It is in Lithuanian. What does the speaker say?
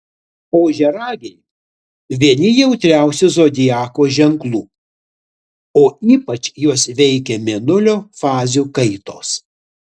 ožiaragiai vieni jautriausių zodiako ženklų o ypač juos veikia mėnulio fazių kaitos